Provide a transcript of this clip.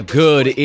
good